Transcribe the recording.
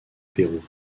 pérou